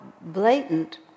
blatant